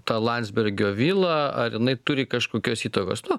ta landsbergio vila ar jinai turi kažkokios įtakos nu